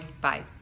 Bye